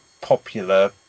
popular